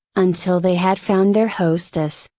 until they had found their hostess,